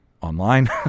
online